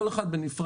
כל אחד בנפרד,